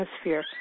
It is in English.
atmosphere